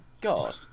god